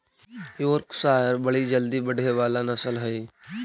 Yorkshire बड़ी जल्दी बढ़े वाला नस्ल हई